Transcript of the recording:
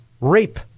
rape